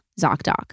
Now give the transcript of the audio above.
ZocDoc